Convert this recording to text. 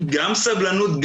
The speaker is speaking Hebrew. גם סבלנות,